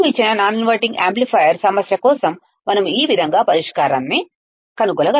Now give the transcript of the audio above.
మీకు ఇచ్చిన non inverting amplifier సమస్య కోసం మనం ఈ విధంగా పరిష్కారాన్ని కనుగొనగలము